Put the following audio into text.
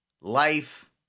life